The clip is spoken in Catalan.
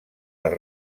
les